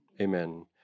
Amen